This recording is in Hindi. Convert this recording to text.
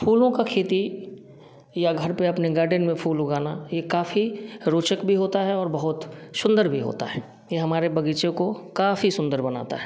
फूलों का खेती या घर पर अपने गार्डेन में फूल उगाना ये काफ़ी रोचक भी होता है और बहुत सुंदर भी होता है हमारे बगीचे को काफ़ी सुंदर बनाता है